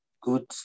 good